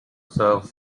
serve